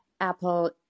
Apple